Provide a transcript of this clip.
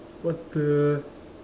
what the